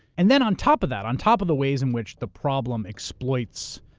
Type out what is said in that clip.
and then on top of that, on top of the ways in which the problem exploits